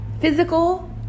physical